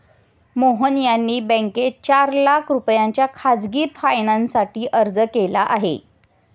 मोहन यांनी बँकेत चार लाख रुपयांच्या खासगी फायनान्ससाठी अर्ज केला आहे